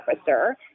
officer